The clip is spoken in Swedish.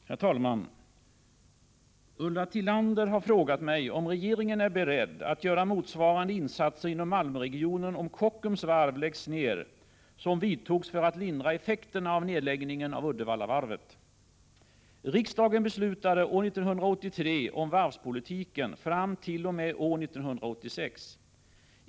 Herr talman! Ulla Tillander har frågat mig om regeringen är beredd att göra motsvarande insatser inom Malmöregionen om Kockums varv läggs ner som de som vidtogs för att lindra effekterna av nedläggningen av Uddevallavarvet. Riksdagen beslutade år 1983 om varvspolitiken fram t.o.m. år 1986.